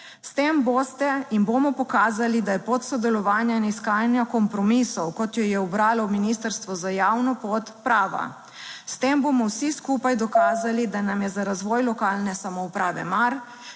S tem boste in bomo pokazali, da je pot sodelovanja in iskanja kompromisov, kot jo je ubralo ministrstvo za javno pot, prava. S tem bomo vsi skupaj dokazali, da nam je za razvoj lokalne samouprave mar,